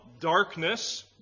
darkness